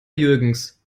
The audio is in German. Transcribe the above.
jürgens